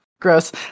Gross